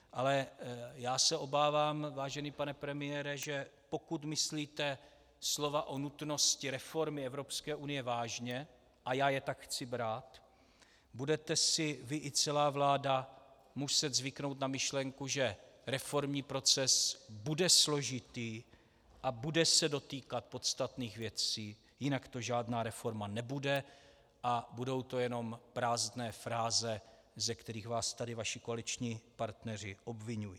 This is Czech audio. Ale já se obávám, vážený pane premiére, že pokud myslíte slova o nutnosti reformy Evropské unie vážně, a já je tak chci brát, budete si vy i celá vláda muset zvyknout na myšlenku, že reformní proces bude složitý a bude se dotýkat podstatných věcí, jinak to žádná reforma nebude a budou to jenom prázdné fráze, ze kterých vás tady vaši koaliční partneři obviňují.